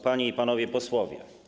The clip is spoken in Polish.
Panie i Panowie Posłowie!